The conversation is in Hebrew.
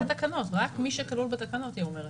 רק מי שכלול בתקנות היא אומרת.